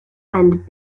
and